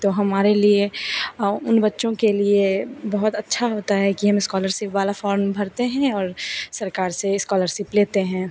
तो हमारे लिए उन बच्चों के लिए बहुत अच्छा होता है कि हम इस्कॉलरसिप वाला फ़ॉर्म भरते हैं और सरकार से इस्कॉलरसिप लेते हैं